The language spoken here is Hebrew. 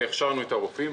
הכשרנו את הרופאים.